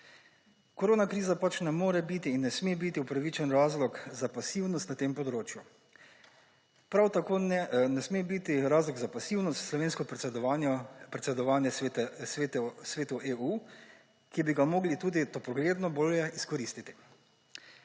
Korona kriza pač ne more biti in ne sme biti upravičen razlog za pasivnost na tem področju. Prav tako ne sme biti razlog za pasivnost slovensko predsedovanje Svetu EU, ki bi ga morali tudi topogledno bolje izkoristiti.